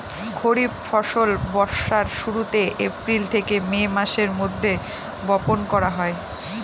খরিফ ফসল বর্ষার শুরুতে, এপ্রিল থেকে মে মাসের মধ্যে, বপন করা হয়